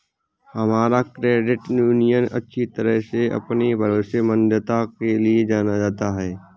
हमारा credit union अच्छी तरह से अपनी भरोसेमंदता के लिए जाना जाता है